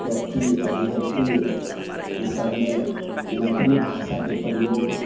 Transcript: व्यक्ति अभिव्यक्ति अइसबमे मैथिली भाषाके प्रयोग